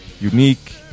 unique